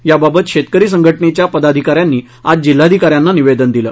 याबाबत शेतकरी संघटनेच्या पदाधिका यांनी आज जिल्हाधिका यांना निवेदन दिलं